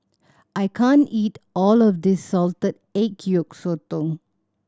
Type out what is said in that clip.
I can't eat all of this salted egg yolk sotong